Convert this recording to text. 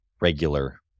regular